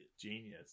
genius